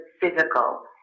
physical